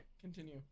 Continue